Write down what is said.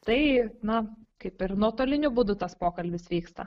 tai na kaip ir nuotoliniu būdu tas pokalbis vyksta